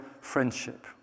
friendship